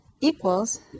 equals